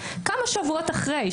כמה שבועות אחרי,